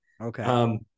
Okay